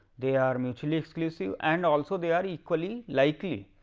they are mutually exclusive, and also they are equally likely,